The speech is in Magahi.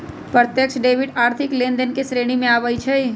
प्रत्यक्ष डेबिट आर्थिक लेनदेन के श्रेणी में आबइ छै